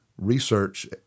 Research